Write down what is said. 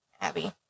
Abby